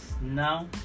now